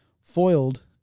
foiled